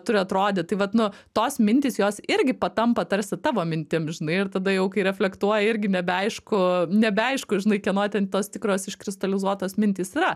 turi atrodyt tai vat nu tos mintys jos irgi patampa tarsi tavo mintim žinai ir tada jau reflektuoji irgi nebeaišku nebeaišku žinai kieno ten tos tikros iškristalizuotos mintys yra